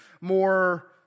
more